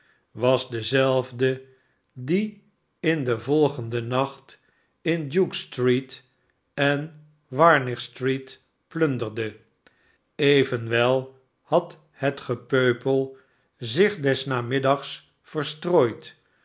was dezelfde die in den volgenden nacht in dukestreet en warnich street plunderde evenwel had hetgepeupel zich des namiddags verstrooid